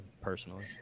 personally